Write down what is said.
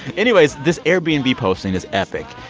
anyways, this airbnb posting is epic.